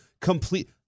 complete